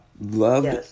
loved